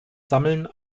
sammeln